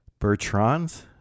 Bertrands